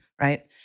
right